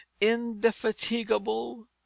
indefatigable